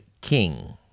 king